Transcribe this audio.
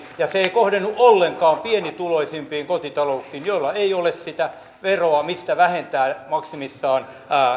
ja se ei kohdennu ollenkaan pienituloisimpiin kotitalouksiin joilla ei ole sitä veroa mistä vähentää maksimissaan